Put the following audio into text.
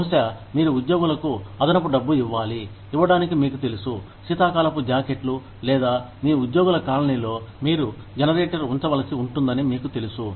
బహుశా మీరు ఉద్యోగులకు అదనపు డబ్బు ఇవ్వాలి ఉండటానికి మీకు తెలుసు శీతాకాలపు జాకెట్లు లేదా మీ ఉద్యోగుల కాలనీలో మీరు జనరేటర్ ఉంచవలసి ఉంటుందని మీకు తెలుసు